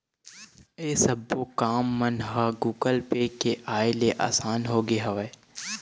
ऐ सब्बो काम मन ह गुगल पे के आय ले असान होगे हवय